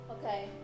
Okay